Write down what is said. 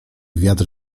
wiatr